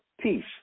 peace